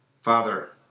Father